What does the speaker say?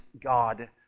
God